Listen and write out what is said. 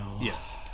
Yes